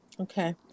Okay